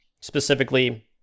Specifically